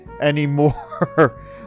anymore